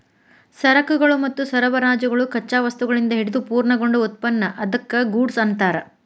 ಸರಕುಗಳು ಮತ್ತು ಸರಬರಾಜುಗಳು ಕಚ್ಚಾ ವಸ್ತುಗಳಿಂದ ಹಿಡಿದು ಪೂರ್ಣಗೊಂಡ ಉತ್ಪನ್ನ ಅದ್ಕ್ಕ ಗೂಡ್ಸ್ ಅನ್ತಾರ